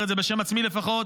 אני אומר בשם עצמי לפחות,